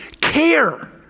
care